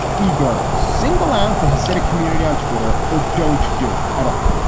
either single out the hispanic community on twitter or don't do it at all.